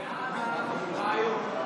מאוד בעד הרעיון,